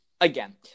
again